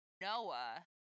Noah